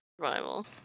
Survival